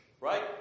Right